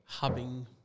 hubbing